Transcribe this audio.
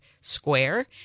square